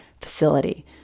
facility